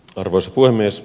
arvoisa puhemies